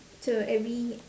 so every